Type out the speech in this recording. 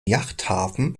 yachthafen